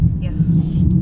yes